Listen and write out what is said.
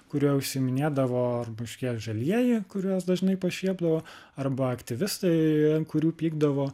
kuriuo užsiiminėdavo kažkiek žalieji kuriuos dažnai pašiepdavo arba aktyvistai an kurių pykdavo